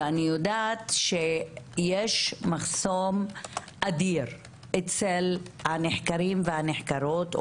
אני יודעת שיש מחסום אדיר אצל הנחקרים והנחקרות,